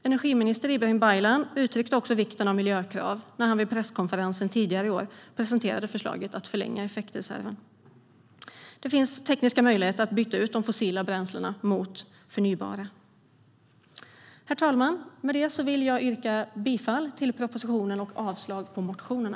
Energiminister Ibrahim Baylan betonade också vikten av miljökrav när han vid en presskonferens tidigare i år presenterade förslaget att förlänga effektreserven. Det finns tekniska möjligheter att byta ut fossila bränslen mot förnybara. Herr talman! Med detta vill jag yrka bifall till propositionen och avslag och avslag på reservationerna.